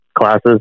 classes